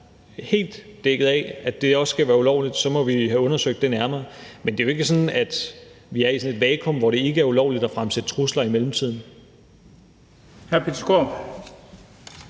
helt dækket af, og hvor der også er tale om noget ulovligt, må vi have undersøgt det nærmere. Men det er jo ikke sådan, at vi er i et vakuum, hvor det ikke er ulovligt at fremsætte trusler, i mellemtiden.